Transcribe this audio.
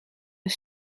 een